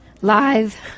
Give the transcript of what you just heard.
Live